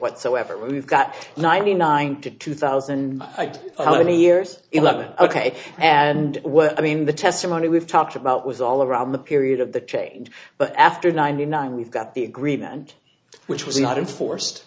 whatsoever we've got ninety nine to two thousand i did how many years eleven ok and what i mean the testimony we've talked about was all around the period of the change but after ninety nine we've got the agreement which was not enforced